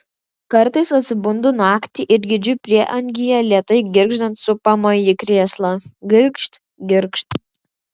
kartais atsibundu naktį ir girdžiu prieangyje lėtai girgždant supamąjį krėslą girgžt girgžt